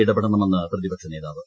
ഇടപെടണമെന്ന് പ്രതിപക്ഷനേതാവ്